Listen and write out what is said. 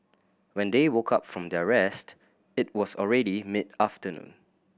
when they woke up from their rest it was already mid afternoon